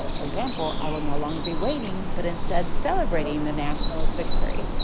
for example, i will no longer be waiting but instead celebrating the nationals' victory.